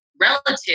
relative